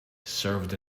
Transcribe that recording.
served